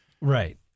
Right